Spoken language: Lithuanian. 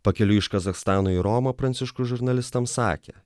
pakeliui iš kazachstano į romą pranciškus žurnalistams sakė